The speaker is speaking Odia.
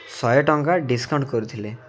ଶହେ ଟଙ୍କା ଡିସ୍କାଉଣ୍ଟ କରୁଥିଲେ